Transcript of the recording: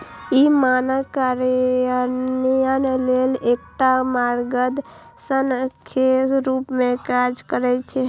ई मानक कार्यान्वयन लेल एकटा मार्गदर्शक के रूप मे काज करै छै